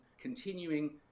continuing